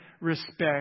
respect